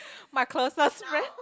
my closest friend